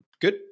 good